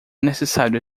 necessário